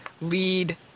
lead